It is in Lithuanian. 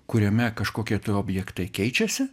kuriame kažkokie objektai keičiasi